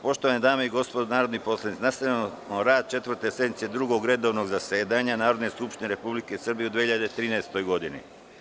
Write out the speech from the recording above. Poštovane dame i gospodo narodni poslanici, nastavljamo rad Četvrte sednice Drugog redovnog zasedanja Narodne skupštine Republike Srbije u 2013. godini.